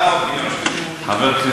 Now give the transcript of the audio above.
400 מיליון שקלים, גואטה,